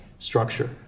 structure